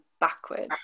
backwards